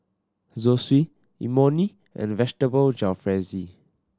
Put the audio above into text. Zosui Imoni and Vegetable Jalfrezi